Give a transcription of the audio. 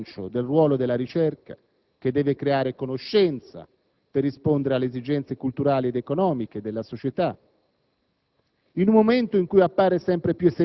In una delicata fase di rilancio del ruolo della ricerca, che deve creare conoscenza per rispondere alle esigenze culturali ed economiche della società,